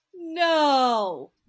No